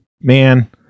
Man